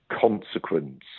consequence